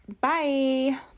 Bye